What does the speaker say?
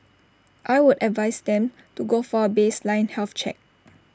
I would advise them to go for A baseline health check